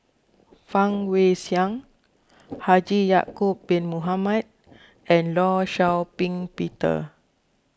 Fang Guixiang Haji Ya'Acob Bin Mohamed and Law Shau Ping Peter